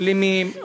שלמים,